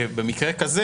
שבמקרה קשה,